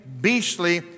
beastly